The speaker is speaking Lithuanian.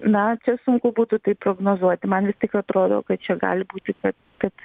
na čia sunku būtų tai prognozuoti man vis tik atrodo kad čia gali būti kad kad